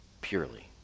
purely